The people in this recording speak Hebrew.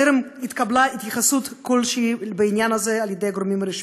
טרם התקבלה התייחסות כלשהו בעניין הזה מגורמים רשמיים.